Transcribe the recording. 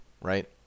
Right